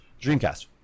Dreamcast